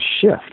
shift